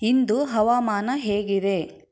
ಇಂದು ಹವಾಮಾನ ಹೇಗಿದೆ